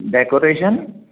decoration